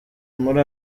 muri